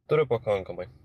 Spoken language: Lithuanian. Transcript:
turiu pakankamai